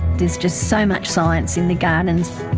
there's just so much science in the garden.